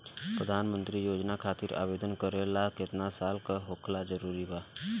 प्रधानमंत्री योजना खातिर आवेदन करे ला केतना साल क होखल जरूरी बा?